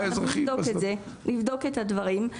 נבדוק את הדברים.